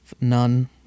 none